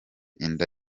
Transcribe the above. inda